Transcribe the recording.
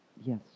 Yes